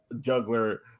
juggler